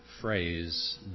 phrase